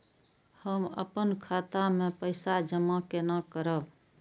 हम अपन खाता मे पैसा जमा केना करब?